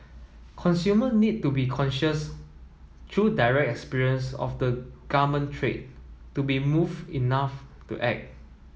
consumer need to be conscious through direct experience of the garment trade to be moved enough to act